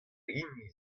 hini